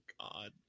god